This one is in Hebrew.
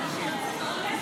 (קוראת בשם חברת